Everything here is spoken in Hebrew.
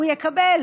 הוא יקבל,